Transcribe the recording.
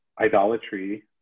idolatry